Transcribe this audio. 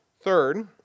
Third